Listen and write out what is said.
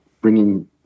bringing